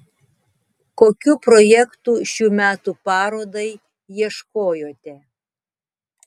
kokių projektų šių metų parodai ieškojote